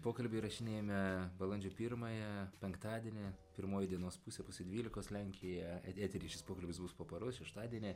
pokalbį įrašinėjame balandžio pirmąją penktadienį pirmoji dienos pusė pusė dvylikos lenkijoje etery šis pokalbis bus po paros šeštadienį